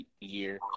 year